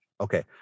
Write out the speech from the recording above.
okay